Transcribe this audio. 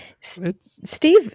steve